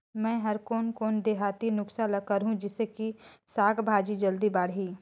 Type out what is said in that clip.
मै हर कोन कोन देहाती नुस्खा ल करहूं? जिसे कि साक भाजी जल्दी बाड़ही?